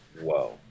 Whoa